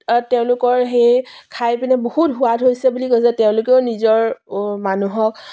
তেওঁলোকৰ সেই খাই পিনে বহুত সোৱাদ হৈছে বুলি কৈছে তেওঁলোকেও নিজৰ মানুহক